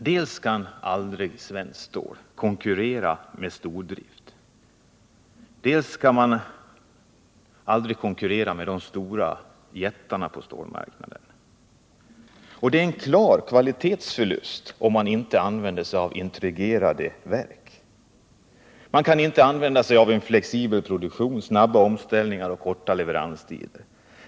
Dels kan aldrig svenskt stål konkurrera med stordrift, dels kan man aldrig konkurrera med jättarna på stål marknaden. Och det är en klar kvalitetsförlust, om man inte använder integrerade verk. Man kan inte utnyttja en flexibel produktion, snabba omställningar och korta leveranstider.